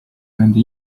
nende